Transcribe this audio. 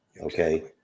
Okay